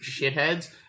shitheads